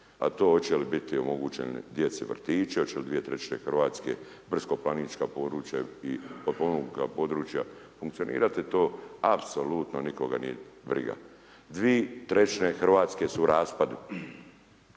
A to oće li bit omogućeni djeci vrtiće, oće li dvije trećine Hrvatske brdsko-planinska područja i potpomognuta područja funkcionirati to apsolutno nikoga nije briga. Dvi trećine Hrvatske su u raspadu,